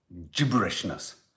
gibberishness